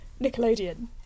Nickelodeon